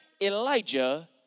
Elijah